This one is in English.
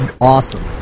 awesome